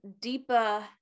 deeper